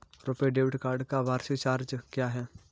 RuPay debit card का वार्षिक charge क्या है?